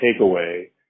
takeaway